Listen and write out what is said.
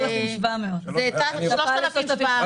3700. 3700